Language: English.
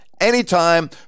anytime